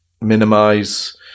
minimize